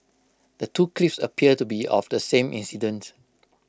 the two clips appear to be of the same incident